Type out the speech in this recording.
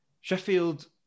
Sheffield